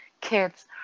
kids